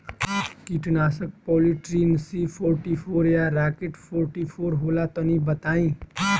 कीटनाशक polytrin C forty four या rocket forty four होला तनि बताई?